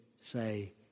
say